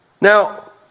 Now